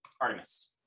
Artemis